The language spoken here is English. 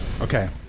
Okay